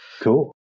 cool